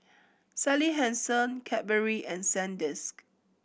Sally Hansen Cadbury and Sandisk